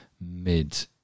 mid